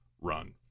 run